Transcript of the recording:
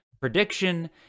prediction